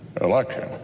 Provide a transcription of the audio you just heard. election